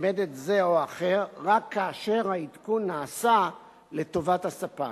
זה או אחר רק כאשר העדכון נעשה לטובת הספק.